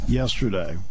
yesterday